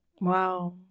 Wow